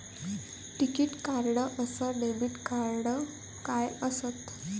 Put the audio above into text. टिकीत कार्ड अस debit card काय असत?